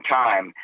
time